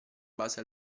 base